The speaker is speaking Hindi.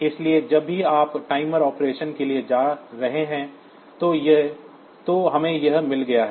इसलिए जब भी आप टाइमर ऑपरेशन के लिए जा रहे हैं तो हमें यह मिल गया है